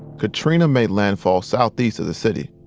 katrina made landfall southeast of the city,